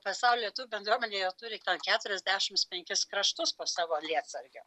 pasaulio lietuvių bendruomenė jau turi ten keturiasdešimt penkis kraštus po savo lietsargio